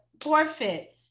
forfeit